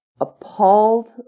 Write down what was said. appalled